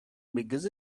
because